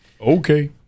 Okay